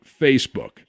Facebook